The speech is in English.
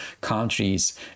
countries